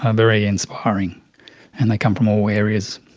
um very inspiring and they come from all areas.